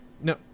No